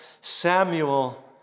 Samuel